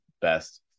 best